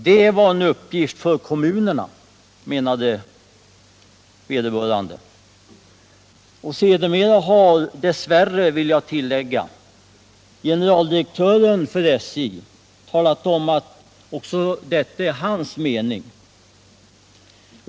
Det var en uppgift för kommunerna, menade vederbörande. Sedermera har — dess värre, vill jag tillägga — generaldirektören för SJ talat om, att detta också är hans mening.